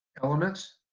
elements.